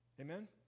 Amen